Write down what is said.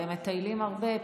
הרי הם מטיילים הרבה.